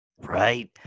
Right